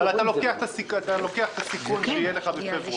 אבל אתה לוקח את הסיכון שיהיה לך בפברואר.